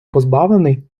позбавлений